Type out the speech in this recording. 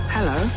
Hello